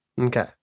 okay